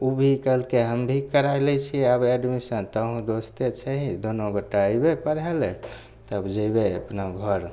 उ भी कहलकय हम भी कराय लै छियै आब एडमिशन तहुँ दोस्ते छही दुनू गोटा अइबे पढ़य लए तब जइबे अपना घर